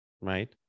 right